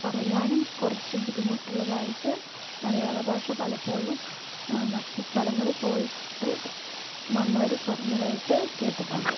പറയാനും കുറച്ച് ബുദ്ധിമുട്ടുള്ളതായിട്ട് മലയാള ഭാഷ പലപ്പോഴും മറ്റു സ്ഥലങ്ങളിൽ പോയിട്ട് വന്നവർ പറഞ്ഞതായിട്ട് കേട്ടിട്ടുണ്ട്